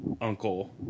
uncle